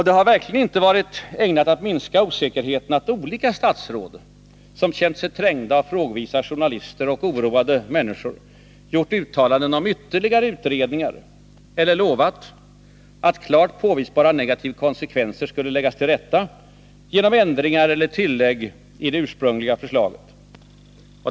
Det har verkligen inte varit ägnat att minska osäkerheten att olika statsråd, som känt sig trängda av frågvisa journalister och oroade människor, gjort uttalanden om ytterligare utredningar eller lovat att klart påvisbara negativa konsekvenser skulle läggas till rätta genom ändringar eller tillägg i det ursprungliga förslaget.